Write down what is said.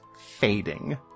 fading